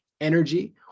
energy